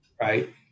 right